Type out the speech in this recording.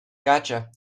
gotcha